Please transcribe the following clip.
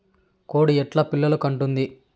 కోడి ఎట్లా పిల్లలు కంటుంది?